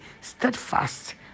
steadfast